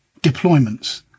deployments